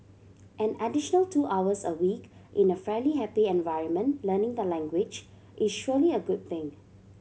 an additional two hours a week in a fairly happy environment learning the language is surely a good thing